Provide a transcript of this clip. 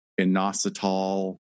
inositol